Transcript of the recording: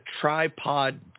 tripod